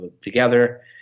together